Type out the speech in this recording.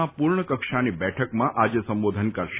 ના પૂર્ણ કક્ષાની બેઠકમાં આજે સંબોધન કરશે